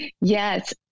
Yes